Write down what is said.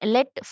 Let